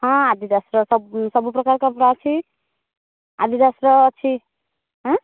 ହଁ ଆଡ଼ିଡାସର ସବୁ ସବୁପ୍ରକାର କପଡ଼ା ଅଛି ଆଡ଼ିଡାସର ଅଛି ଉଁ